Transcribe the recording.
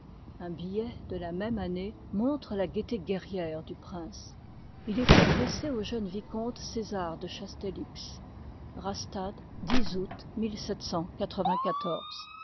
un billet de la même année montre la gaîté guerrière du prince il est adressé au jeune vicomte césar de